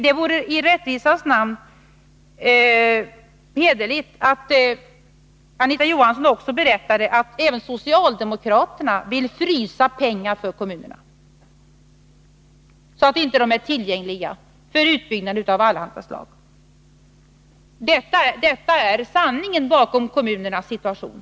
Det vore i rättvisans namn hederligt om Anita Johansson berättade att även socialdemokraterna vill frysa pengar för kommunerna så att medlen inte blir tillgängliga för utbyggnad av olika slag. Detta är sanningen bakom kommunernas situation.